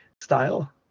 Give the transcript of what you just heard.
style